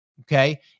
Okay